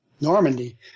Normandy